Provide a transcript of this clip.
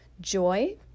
joy